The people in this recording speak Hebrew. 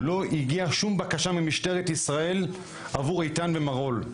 לא הגיעה שום בקשה ממשטרת ישראל עבור אית"ן ומרעול.